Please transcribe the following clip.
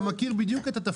אתה מכיר בדיוק את התפקיד.